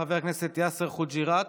חבר הכנסת יאסר חוג'יראת,